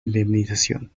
indemnización